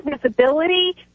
visibility